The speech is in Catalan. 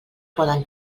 poden